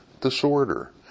disorder